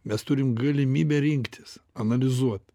mes turim galimybę rinktis analizuot